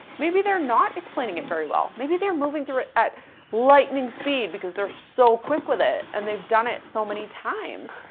maybe they're not explaining it very well. maybe they're moving through it at lightning speed because they're so quick with it and they've done it so many times,